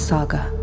Saga